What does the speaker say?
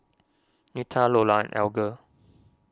Nita Lola Alger